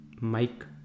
Mike